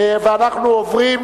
ואנחנו עוברים